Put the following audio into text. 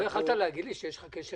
אדוני המנכ"ל, אתה נתת דוגמה